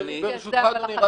אבל החקירה לא --- ברשותך אדוני,